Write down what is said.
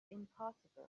impassable